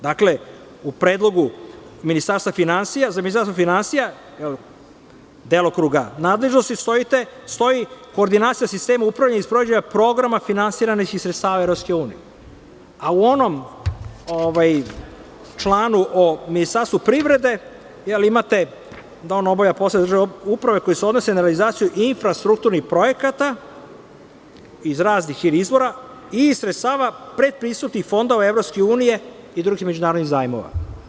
Dakle, u predlogu za Ministarstvo finansija, delokruga nadležnosti stoji – koordinacija sistema upravljanja i sprovođenja programa finansiranih iz sredstava EU, a u onom članu o Ministarstvu privrede imate da ono obavlja poslove državne uprave koji se odnose na realizaciju infrastrukturnih projekata iz raznih izvora i iz sredstava pretpristupnih fondova EU i drugih međunarodnih zajmova.